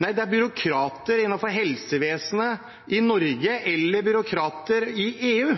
Nei, det er byråkrater innenfor helsevesenet i Norge, eller byråkrater i EU